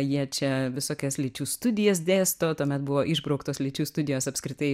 jie čia visokias lyčių studijas dėsto tuomet buvo išbrauktos lyčių studijos apskritai